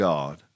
God